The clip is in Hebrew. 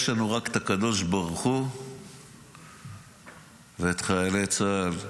יש לנו רק את הקדוש ברוך הוא ואת חיילי צה"ל,